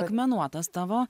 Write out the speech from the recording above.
akmenuotas tavo